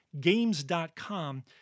games.com